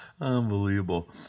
unbelievable